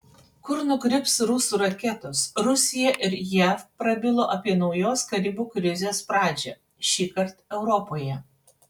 kur nukryps rusų raketos rusija ir jav prabilo apie naujos karibų krizės pradžią šįkart europoje